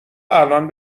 الان